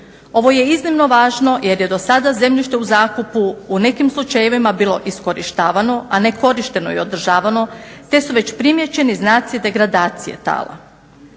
Ovo je iznimno važno jer je do sada zemljište u zakupu u nekim slučajevima bilo iskorištavano, a ne korišteno i održavano, te su već primijećeni znaci degradacije tala.